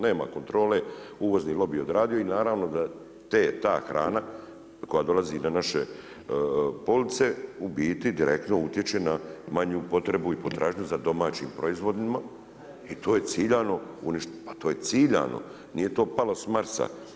Nema kontrole, uvozni lobii je odradio i naravno da ta hrana koja dolazi na naše polaze u biti direktno utječe na manju potrebu i potražnju za domaćim proizvodima i to je ciljano, pa to je ciljano, nije to palo s Marsa.